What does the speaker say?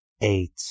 Eight